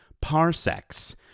parsecs